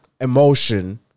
emotion